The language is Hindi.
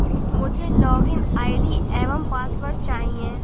मुझें लॉगिन आई.डी एवं पासवर्ड चाहिए